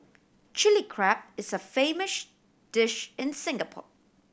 Chilli Crab is a famous dish in Singapore